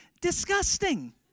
disgusting